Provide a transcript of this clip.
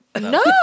No